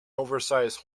oversize